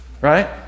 right